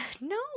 No